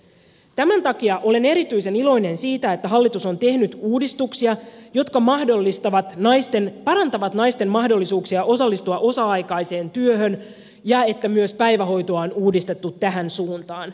tämän takia olen erityisen iloinen siitä että hallitus on tehnyt uudistuksia jotka parantavat naisten mahdollisuuksia osallistua osa aikaiseen työhön ja että myös päivähoitoa on uudistettu tähän suuntaan